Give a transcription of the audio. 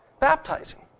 Baptizing